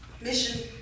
Mission